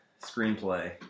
screenplay